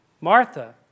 Martha